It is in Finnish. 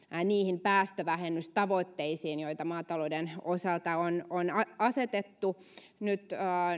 niihin päästövähennystavoitteisiin joita maatalouden osalta on on asetettu nyt